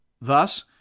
Thus